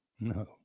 No